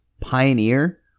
Pioneer